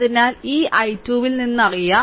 അതിനാൽ ഈ i2 ൽ നിന്ന് അറിയാം